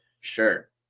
sure